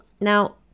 Now